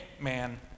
man